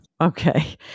Okay